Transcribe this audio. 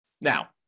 Now